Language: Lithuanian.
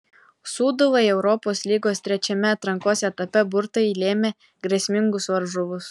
sūduvai europos lygos trečiame atrankos etape burtai lėmė grėsmingus varžovus